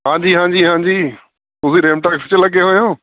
ਹਾਂਜੀ ਹਾਂਜੀ ਹਾਂਜੀ ਤੁਸੀਂ ਰੇਮਟੈਕਸ ਚ ਲੱਗੇ ਹੋਏ ਓ